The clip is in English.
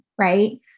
right